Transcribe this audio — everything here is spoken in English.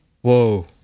Whoa